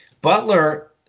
Butler